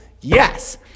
Yes